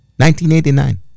1989